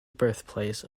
birthplace